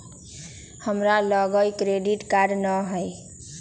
हमरा लग credit card नऽ हइ